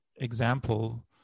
example